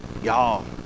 Y'all